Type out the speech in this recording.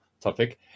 topic